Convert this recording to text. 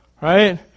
Right